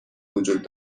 وجود